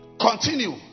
Continue